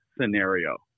scenario